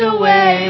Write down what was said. away